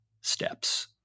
steps